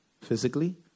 physically